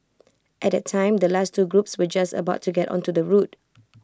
at that time the last two groups were just about to get onto the route